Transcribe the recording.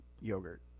yogurt